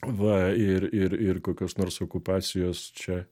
va ir ir ir kokios nors okupacijos čia